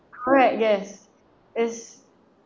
correct yes is